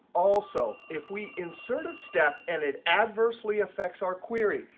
also if we insert a step and it adversely affects our query,